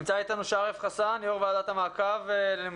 מהא עזאם, בוקר